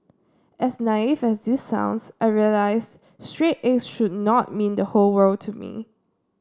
as naive as this sounds I realised straight as should not mean the whole world to me